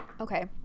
Okay